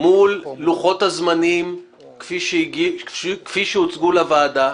מול לוחות הזמנים כפי שהוצגו לוועדה,